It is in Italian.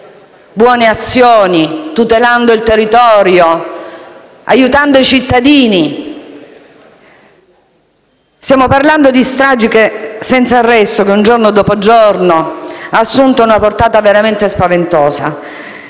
buone azioni, tutelando il territorio, aiutando i cittadini? Stiamo parlando di stragi senza arresto, che giorno dopo giorno hanno assunto una portata veramente spaventosa.